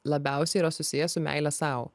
labiausiai yra susiję su meile sau